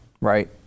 right